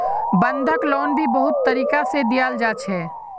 बंधक लोन भी बहुत तरीका से दियाल जा छे